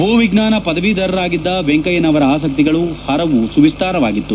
ಭೂವಿಜ್ವಾನ ಪದವೀಧರರಾಗಿದ್ದ ವೆಂಕಯ್ಲನವರ ಆಸಕ್ತಿಗಳು ಹರವು ಸುವಿಸ್ತಾರವಾಗಿತ್ತು